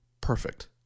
perfect